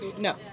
No